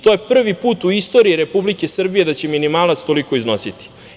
To je prvi put u istoriji Republike Srbije da će minimalac toliko iznositi.